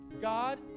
God